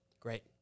Great